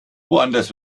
woanders